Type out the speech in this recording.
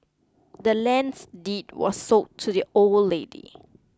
the land's deed was sold to the old lady